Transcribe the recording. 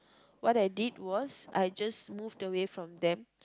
what I did was I just move away from them